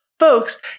folks